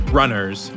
runners